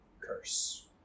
curse